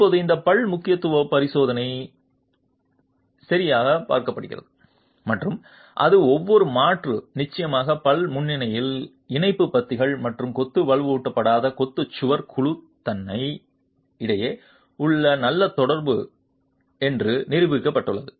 இப்போது இந்த பல் முக்கியத்துவம் சோதனை சரிபார்க்கப்பட்டது மற்றும் அது ஒவ்வொரு மாற்று நிச்சயமாக பல் முன்னிலையில் இணைப்பு பத்திகள் மற்றும் கொத்து வலுவூட்டப்படாத கொத்து சுவர் குழு தன்னை இடையே நல்ல தொடர்பு நன்மை என்று நிரூபிக்கப்பட்டுள்ளது